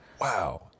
wow